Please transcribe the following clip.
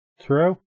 true